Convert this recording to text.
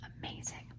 amazing